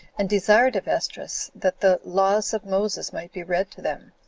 and desired of esdras that the laws of moses might be read to them.